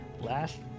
last